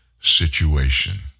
situation